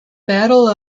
battle